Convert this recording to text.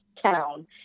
town